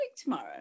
tomorrow